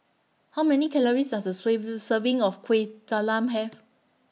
How Many Calories Does A Serving of Kuih Talam Have